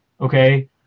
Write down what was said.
okay